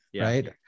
Right